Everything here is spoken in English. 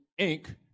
Inc